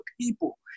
people